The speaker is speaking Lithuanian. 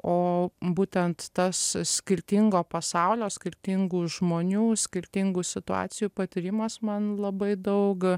o būtent tas skirtingo pasaulio skirtingų žmonių skirtingų situacijų patyrimas man labai daug